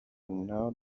now